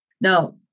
Now